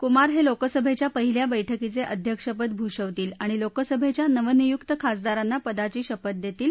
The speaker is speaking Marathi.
कुमार हे लोकसभेच्या पहिल्या बछ्कीचं अध्यक्ष पद भुषवतील आणि लोकसभेच्या नवनियुक्त खासदारांना पदाची शपथ देतील